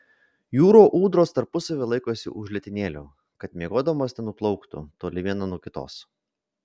jūrų ūdros tarpusavyje laikosi už letenėlių kad miegodamos nenuplauktų toli viena nuo kitos